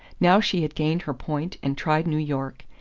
now she had gained her point and tried new york,